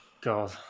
God